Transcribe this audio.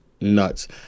nuts